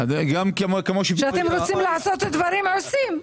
כשאתם רוצים לעשות דברים, אתם עושים.